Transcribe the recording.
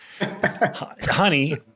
honey